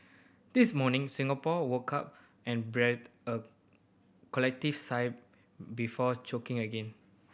this morning Singapore woke up and breathed a collective sigh before choking again